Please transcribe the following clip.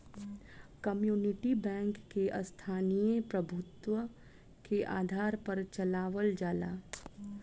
community bank के स्थानीय प्रभुत्व के आधार पर चलावल जाला